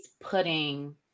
putting